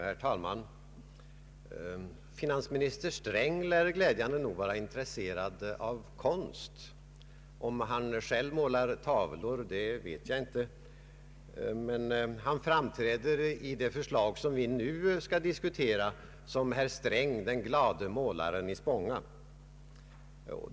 Herr talman! Finansminister Sträng lär glädjande nog vara intresserad av konst. Om han själv målar tavlor vet jag inte. En sak är dock klar. Han framträder i det förslag vi nu skall diskutera som ”herr Sträng, den glade målaren i Spånga”.